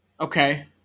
Okay